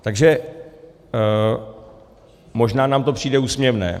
Takže možná nám to přijde úsměvné.